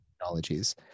technologies